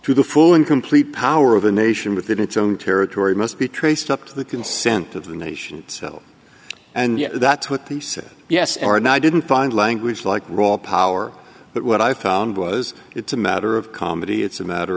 to the full and complete power of a nation within its own territory must be traced up to the consent of the nation itself and that's what they said yes or no i didn't find language like raw power but what i found was it's a matter of comedy it's a matter